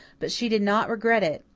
but she did not regret it.